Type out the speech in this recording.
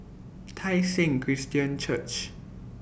Tai Seng Christian Church